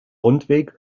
rundweg